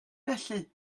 felly